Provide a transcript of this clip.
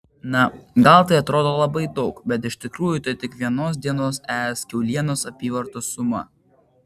na gal tai atrodo labai daug bet iš tikrųjų tai tik vienos dienos es kiaulienos apyvartos suma